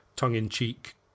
tongue-in-cheek